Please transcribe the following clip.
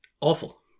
Awful